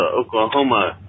Oklahoma